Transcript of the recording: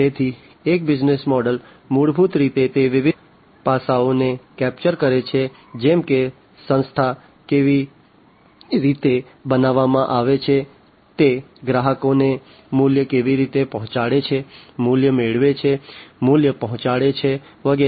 તેથી એક business model મૂળભૂત રીતે તે વિવિધ પાસાઓને કેપ્ચર કરે છે જેમ કે સંસ્થા કેવી રીતે બનાવવામાં આવે છે તે ગ્રાહકોને મૂલ્ય કેવી રીતે પહોંચાડે છે મૂલ્ય મેળવે છે મૂલ્ય પહોંચાડે છે વગેરે